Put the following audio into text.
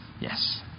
Yes